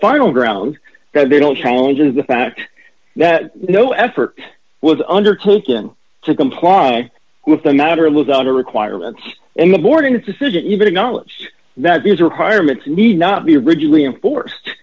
final ground that they don't challenge is the fact that no effort was undertaken to comply with the matter lose out a requirement in the mornings decision even acknowledged that these requirements need not be rigidly enforced